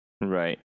right